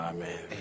Amen